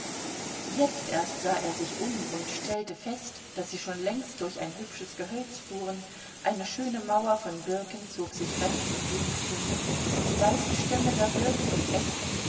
jetzt erst sah er sich um und stellte fest daß sie schon längst durch ein hübsches gehölz fuhren eine schöne mauer von birken zog sich rechts und links hin die weißen stämme der birken und espen